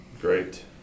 Great